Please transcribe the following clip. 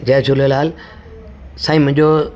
जय झूलेलाल साईं मुंहिंजो